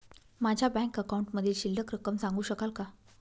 माझ्या बँक अकाउंटमधील शिल्लक रक्कम सांगू शकाल का?